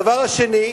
הדבר השני,